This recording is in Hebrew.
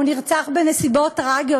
הוא נרצח בנסיבות טרגיות.